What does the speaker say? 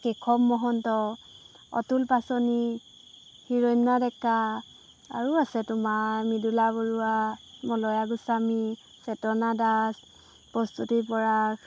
কেশৱ মহন্ত অতুল পাচনী হিৰণ্যা ডেকা আৰু আছে তোমাৰ মৃদুলা বৰুৱা মলয়া গোস্বামী চেতনা দাস প্ৰস্তুতি পৰা